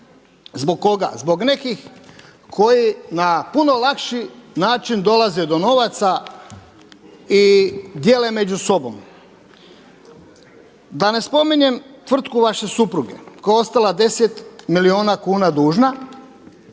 zbog koga? Zbog nekih koji na puno lakši način dolaze do novaca i dijele među sobom. Da ne spominjem tvrtku vaše supruge, koja je ostala 10 milijuna kuna dužna,